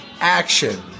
action